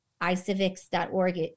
iCivics.org